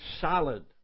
solid